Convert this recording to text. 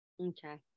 Okay